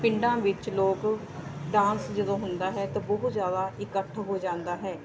ਪਿੰਡਾਂ ਵਿੱਚ ਲੋਕ ਡਾਂਸ ਜਦੋਂ ਹੁੰਦਾ ਹੈ ਤਾਂ ਬਹੁਤ ਜ਼ਿਆਦਾ ਇਕੱਠ ਹੋ ਜਾਂਦਾ ਹੈ